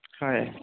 হয়